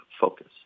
focus